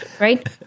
right